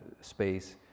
space